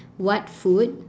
what food